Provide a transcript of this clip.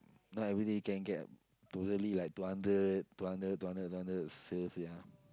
not everyday can get totally like two hundred two hundred two hudnred two hundred sales ya